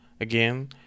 again